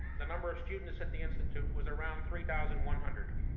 the number of students at the institute was around three thousand one hundred,